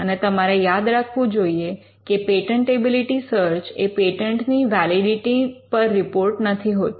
અને તમારે યાદ રાખવું જોઈએ કે પેટન્ટેબિલિટી સર્ચ એ પેટન્ટની વૅલિડિટિની પર રિપોર્ટ નથી હોતો